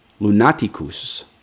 Lunaticus